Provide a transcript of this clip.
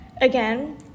Again